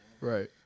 Right